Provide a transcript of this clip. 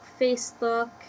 Facebook